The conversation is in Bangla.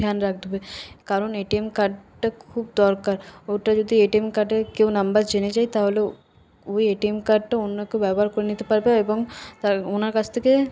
ধ্যান রাখতে হবে কারণ এটিএম কার্ডটা খুব দরকার ওটা যদি এটিএম কার্ডের কেউ নাম্বার জেনে যায় তাহলে ওই এটিএম কার্ডটা অন্য কেউ ব্যবহার করে নিতে পারবে এবং তার ওনার কাছ থেকে